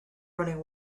running